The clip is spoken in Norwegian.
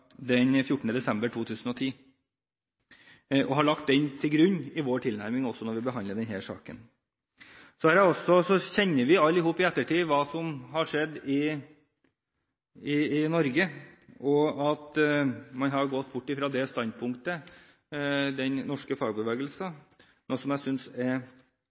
desember 2010, og har lagt den til grunn i vår tilnærming også når vi behandler denne saken. Så kjenner vi alle i ettertid til hva som har skjedd i Norge, og at man har gått bort fra det standpunktet i den norske fagbevegelsen, noe jeg synes er